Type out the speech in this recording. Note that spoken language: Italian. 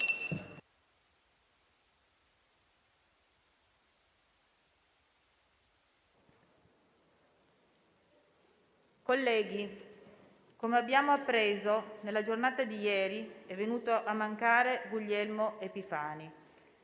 Colleghi, come abbiamo appreso, nella giornata di ieri è venuto a mancare Guglielmo Epifani,